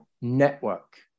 network